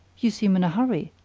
you seem in a hurry!